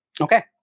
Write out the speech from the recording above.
Okay